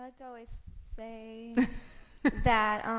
ah to always say that